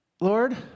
Lord